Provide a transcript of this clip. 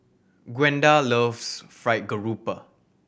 Gwenda loves fry garoupa